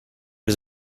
was